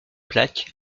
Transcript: plaques